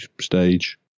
stage